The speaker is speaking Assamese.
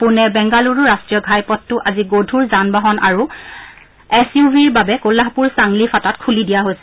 পুণে বেংগালুৰু ৰাষ্ট্ৰীয় ঘাইপথটো আজি গধুৰ যান বাহন আৰু এছ ইউ বি বাহনৰ বাবে কোলহাপুৰ ছাংলী ফাটাত খুলি দিয়া হৈছে